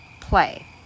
play